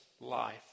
life